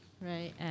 right